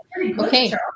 Okay